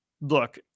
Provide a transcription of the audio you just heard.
Look